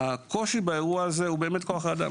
הקושי בעניין הזה הוא כוח אדם.